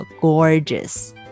gorgeous